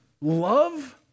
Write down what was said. love